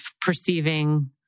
perceiving